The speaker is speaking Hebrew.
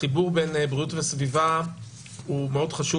החיבור בין בריאות וסביבה הוא חשוב מאוד,